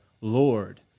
lord